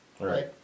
right